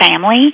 family